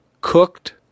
cooked